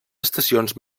estacions